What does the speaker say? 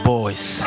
Boys